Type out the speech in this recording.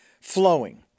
flowing